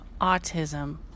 autism